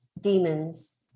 Demons